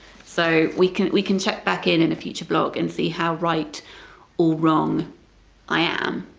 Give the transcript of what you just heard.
so we can we can check back in in a future block and see how right or wrong i am.